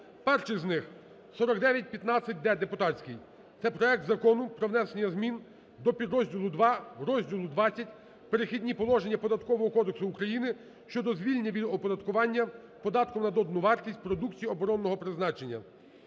Перший з них 4915-д, депутатський. Це проект Закону про внесення змін до підрозділу 2 розділу ХХ "Перехідні положення" Податкового кодексу України щодо звільнення від оподаткування податком на додану вартість продукції оборонного призначення.